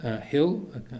hill